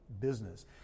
business